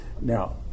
Now